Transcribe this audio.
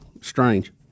Strange